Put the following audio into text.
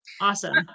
awesome